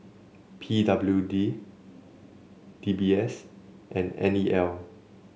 P W D D B S and N E L